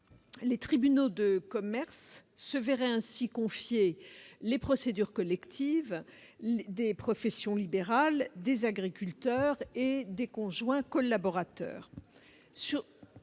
les tribunaux de commerce se verraient ainsi confier les procédures collectives des professions libérales, des agriculteurs et des conjoints collaborateurs.